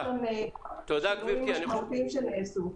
יש כאן שינויים ניכרים שנעשו.